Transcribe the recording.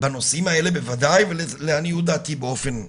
בנושאים האלה בוודאי ולעניות דעתי באופן כללי,